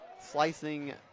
slicing